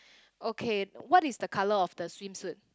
okay what is the colour of the swimsuit